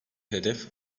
hedef